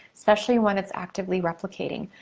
especially when it's actively replicating.